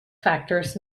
factors